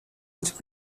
would